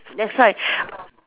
that's why